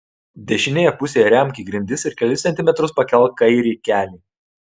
dešinėje pusėje įremk į grindis ir kelis centimetrus pakelk kairį kelį